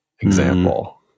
example